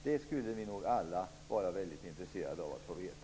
Det skulle vi nog alla vara väldigt intresserade av att få veta.